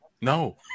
no